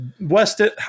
Weston